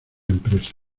empresa